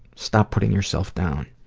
stop putting yourself down.